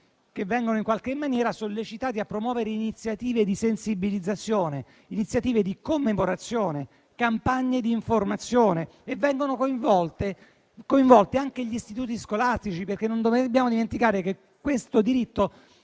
che vengono in qualche maniera sollecitati a promuovere iniziative di sensibilizzazione, iniziative di commemorazione e campagne di informazione. Vengono coinvolti anche gli istituti scolastici, perché non dobbiamo dimenticare che questo diritto